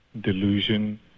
delusion